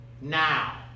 Now